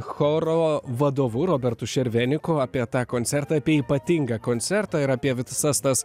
choro vadovu robertu šerveniku apie tą koncertą apie ypatingą koncertą ir apie visas tas